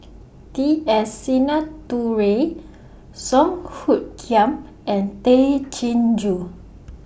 T S Sinnathuray Song Hoot Kiam and Tay Chin Joo